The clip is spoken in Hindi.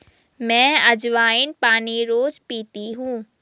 मैं अज्वाइन पानी रोज़ पीती हूँ